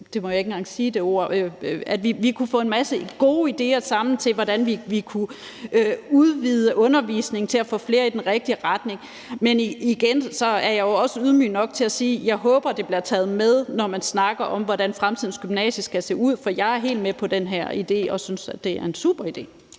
at jeg er sikker på, at vi sammen kunne få en masse gode idéer til, hvordan vi kunne udvide undervisningen til at få flere i den rigtige retning. Men igen er jeg også ydmyg nok til at sige, at jeg håber, det bliver taget med, når man snakker om, hvordan fremtidens gymnasie skal se ud, for jeg er helt med på den her idé og synes, at det er en super idé.